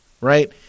Right